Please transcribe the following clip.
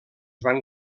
van